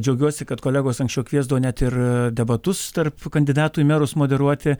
džiaugiuosi kad kolegos anksčiau kviesdavo net ir debatus tarp kandidatų į merus moderuoti